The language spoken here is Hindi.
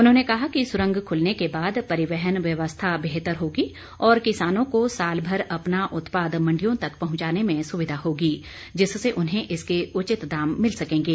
उन्होंने कहा कि सुरंग खुलने के बाद परिवहन व्यवस्था बेहतर होगी और किसानों को सालभर अपना उत्पाद मण्डियों तक पहुंचाने में सुविधा होगी जिससे उन्हें इसके उचित दाम मिल सकेंगे